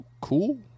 cool